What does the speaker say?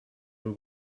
will